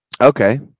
Okay